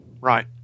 right